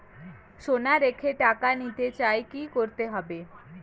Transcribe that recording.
সোনা রেখে টাকা নিতে চাই কি করতে হবে?